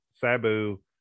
Sabu